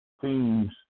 teams